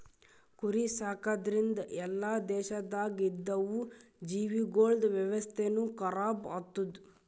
ಕುರಿ ಸಾಕದ್ರಿಂದ್ ಎಲ್ಲಾ ದೇಶದಾಗ್ ಇದ್ದಿವು ಜೀವಿಗೊಳ್ದ ವ್ಯವಸ್ಥೆನು ಖರಾಬ್ ಆತ್ತುದ್